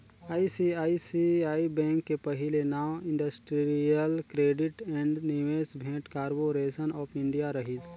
ICICI bank के पहिले नांव industrial credit and investment corporation of India रहिस